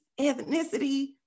ethnicity